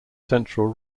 central